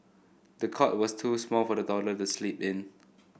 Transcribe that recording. the cot was too small for the toddler to sleep in